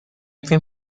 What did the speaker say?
فیلم